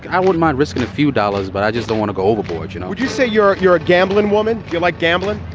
i wouldn't mind risking a few dollars, but i just don't wanna go overboard, you know? would you say you're you're a gambling woman? you like gambling?